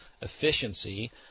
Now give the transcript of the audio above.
efficiency